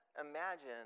imagine